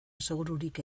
asegururik